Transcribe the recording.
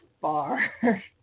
far